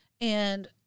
and-